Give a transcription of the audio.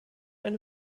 eine